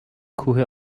کوه